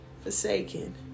forsaken